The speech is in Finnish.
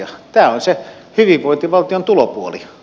tämä on se hyvinvointivaltion tulopuoli